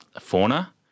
fauna